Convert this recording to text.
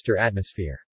atmosphere